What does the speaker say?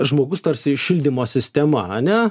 žmogus tarsi šildymo sistema ane